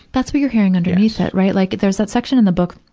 that's what you're hearing underneath it, right. like, there's that section in the book,